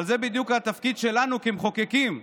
אבל זה בדיוק התפקיד שלנו כמחוקקים.